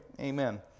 Amen